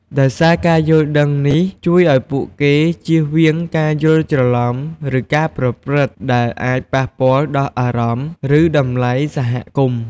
ដោយសារការយល់ដឹងនេះជួយឱ្យពួកគេចៀសវាងការយល់ច្រឡំ ឬការប្រព្រឹត្តដែលអាចប៉ះពាល់ដល់អារម្មណ៍ ឬតម្លៃសហគមន៍។